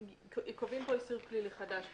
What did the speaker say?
קובעים פה איסור פלילי חדש.